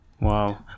wow